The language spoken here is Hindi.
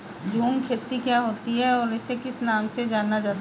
झूम खेती क्या होती है इसे और किस नाम से जाना जाता है?